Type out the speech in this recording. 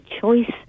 choice